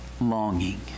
longing